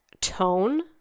tone